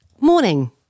Morning